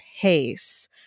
pace